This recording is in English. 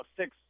six